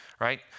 right